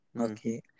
okay